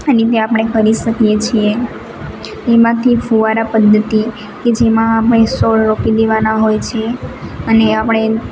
આ રીતે આપણે કરી શકીએ છીએ એમાંથી ફુવારા પદ્ધતિ કે જેમાં મહે છોડ રોપી દેવાના હોય છે અને આપણે